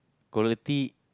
quality